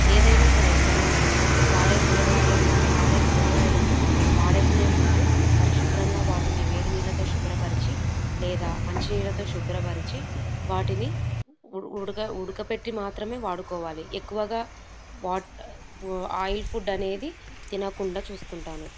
ఏదైనా సరే మనం కూ వాడే కూరగాయలను వాడే కూరగాయలను వాడుకునే ముందు పరిశుభ్రంగా వాటిని వేడినీళ్ళతో శుభ్రపరచి లేదా మంచినీళ్ళతో శుభ్రపరచి వాటిని ఉ ఉడక ఉడకపెట్టి మాత్రమే వాడుకోవాలి ఎక్కువగా వా ఆయిల్ ఫుడ్ అనేది తినకుండా చూసుకుంటాను